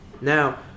Now